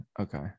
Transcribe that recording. okay